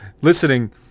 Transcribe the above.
listening